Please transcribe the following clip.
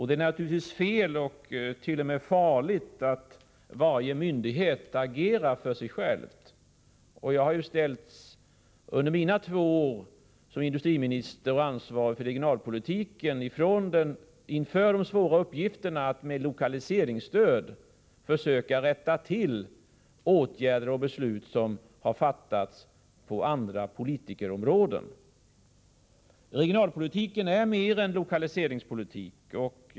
Det är naturligtvis fel och t.o.m. farligt att varje myndighet agerar för sig själv. Jag har under mina två år som industriminister och ansvarig för regionalpolitiken ställts inför den svåra uppgiften att med lokaliseringsstöd försöka rätta till åtgärder och beslut som har fattats inom andra områden av politiken. Regionalpolitiken är mer än lokaliseringspolitik.